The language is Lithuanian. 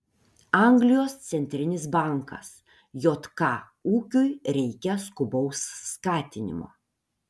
anglijos centrinis bankas jk ūkiui reikia skubaus skatinimo